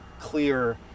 clear